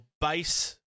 base